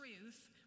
truth